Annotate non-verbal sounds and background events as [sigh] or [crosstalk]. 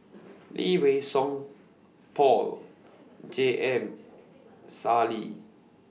[noise] Lee Wei Song Paul J M Sali